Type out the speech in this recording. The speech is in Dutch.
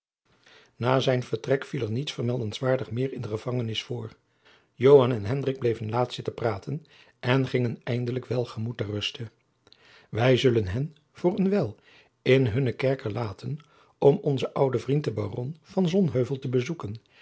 na zijn vertrek viel er niets vermeldenswaardig meer in de gevangenis voor joan en hendrik bleven laat zitten praten en gingen eindelijk welgemoed ter ruste wij zullen hen voor een wijl in hunnen kerker laten om onzen ouden vriend den baron van sonheuvel te bezoeken